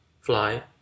fly